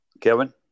Kevin